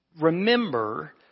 remember